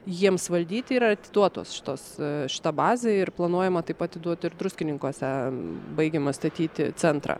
jiems valdyti yra atiduotos šitos šta bazė ir planuojama taip atiduoti ir druskininkuose baigiamą statyti centrą